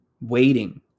waiting